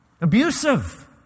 abusive